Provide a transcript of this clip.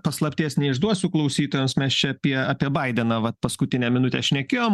paslapties neišduosiu klausytojams mes čia apie apie baideną vat paskutinę minutę šnekėjom